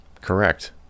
Correct